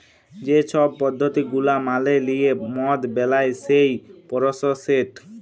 যে ছব পদ্ধতি গুলা মালে লিঁয়ে মদ বেলায় সেই পরসেসট